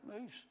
moves